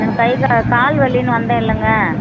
எனக்கு கைகா கால் வலின்னு வந்தேன் இல்லைங்க